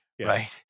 right